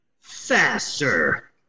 faster